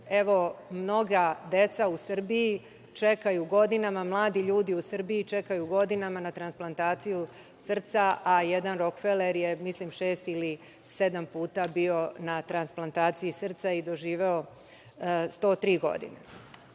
jer mnoga deca u Srbiji čekaju godinama, mladi ljudi u Srbiji čekaju godinama na transplantaciju Srca, a jedan Rokfeler je, mislim, šest ili sedam puta bio na transplantaciji srca i doživeo103 godine. Da